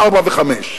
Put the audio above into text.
ארבע וחמש.